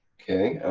okay.